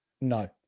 No